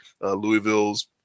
Louisville's